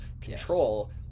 control